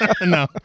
No